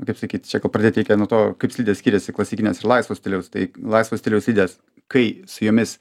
kaip sakyt čia gal pradėt reikia nuo to kaip slidės skiriasi klasikinės ir laisvo stiliaus tai laisvo stiliaus slidės kai su jomis